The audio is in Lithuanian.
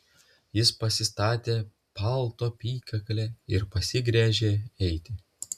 jis pasistatė palto apykaklę ir pasigręžė eiti